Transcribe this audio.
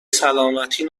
سلامتی